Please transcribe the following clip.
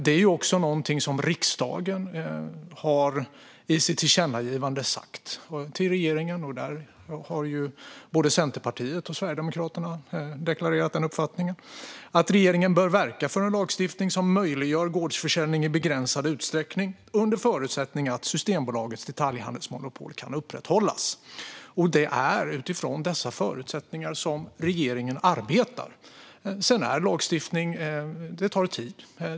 Detta har riksdagen sagt i ett tillkännagivande till regeringen, och både Centerpartiet och Sverigedemokraterna har deklarerat uppfattningen att regeringen bör verka för en lagstiftning som möjliggör gårdsförsäljning i begränsad utsträckning, under förutsättning att Systembolagets detaljhandelsmonopol kan upprätthållas. Det är utifrån dessa förutsättningar som regeringen arbetar. Lagstiftning tar tid.